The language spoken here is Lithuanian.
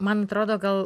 man atrodo gal